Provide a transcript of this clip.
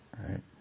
Right